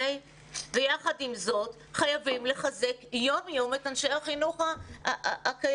ויחד עם זאת חייבים לחזק יום יום את אנשי החינוך הקיימים,